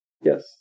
yes